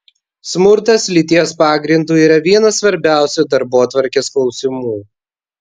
smurtas lyties pagrindu yra vienas svarbiausių darbotvarkės klausimų